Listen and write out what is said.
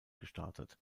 gestartet